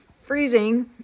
freezing